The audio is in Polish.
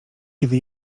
kiedy